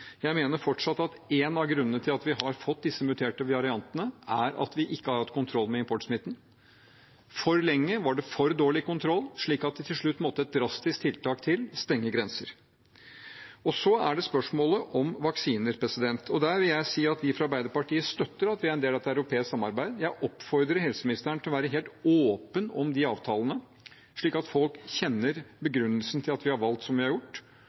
Jeg mener fortsatt at en av grunnene til at vi har fått disse muterte variantene, er at vi ikke har hatt kontroll med importsmitten. For lenge var det for dårlig kontroll, slik at det til slutt måtte et drastisk tiltak til: stengte grenser. Så er det spørsmålet om vaksiner. Der vil jeg si at vi fra Arbeiderpartiet støtter at vi er en del av et europeisk samarbeid. Jeg oppfordrer helseministeren til å være helt åpen om de avtalene, slik at folk kjenner begrunnelsen for at vi har valgt som vi har gjort,